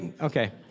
Okay